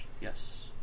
Yes